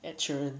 ed sheeran